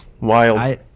Wild